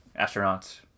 astronauts